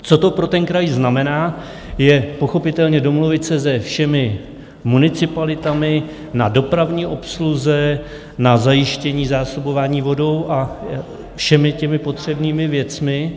Co to pro ten kraj znamená, je pochopitelně domluvit se se všemi municipalitami na dopravní obsluze, na zajištění zásobování vodou a všemi těmi potřebnými věcmi.